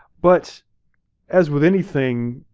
but as with anything,